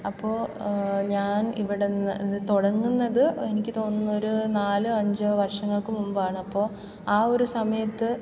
അപ്പോൾ ഞാൻ ഇവിടെനിന്ന് ഇത് തുടങ്ങുന്നത് എനിക്ക് തോന്നുന്നു ഒരു നാലോ അഞ്ചോ വർഷങ്ങൾക്ക് മുമ്പാണ് അപ്പോൾ ആ ഒരു സമയത്ത്